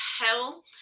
hell